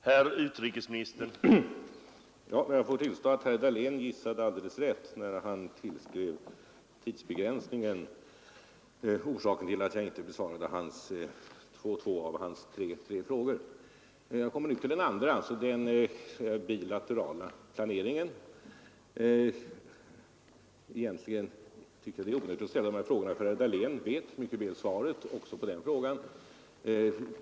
Torsdagen den Herr talman! Jag får tillstå att herr Dahlén gissade alldeles rätt när han 25 januari 1973 tillskrev tidsbegränsningen anledningen till att jag inte besvarade två av hans tre frågor. Jag kommer nu till den andra, alltså den bilaterala planeringen. Egentligen tycker jag att det är onödigt att ställa dessa frågor — herr Dahlén vet ju mycket väl svaret.